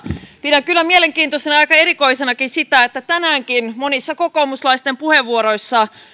pidän kyllä mielenkiintoisena ja aika erikoisenakin sitä että tänäänkin monissa kokoomuslaisten puheenvuoroissa